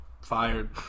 Fired